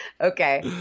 Okay